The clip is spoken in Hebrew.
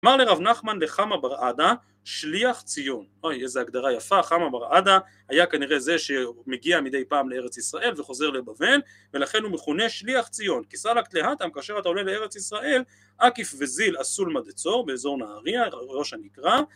אמר לרב נחמן לחמה בר עדה שליח ציון, אוי איזה הגדרה יפה חמה בר עדה היה כנראה זה שמגיע מדי פעם לארץ ישראל וחוזר לבבל ולכן הוא מכונה שליח ציון כיסא לקטלהטם כאשר אתה עולה לארץ ישראל עקיף וזיל אסול מדצור באזור נהריה ראש הנקרה